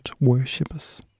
Worshippers